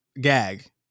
gag